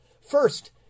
First